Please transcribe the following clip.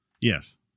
Yes